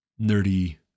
nerdy